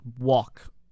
walk